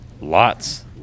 Lots